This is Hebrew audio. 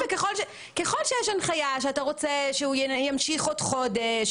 ככל שיש הנחיה שאתה רוצה שהוא ימשיך עוד חודש,